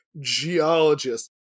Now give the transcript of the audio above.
geologist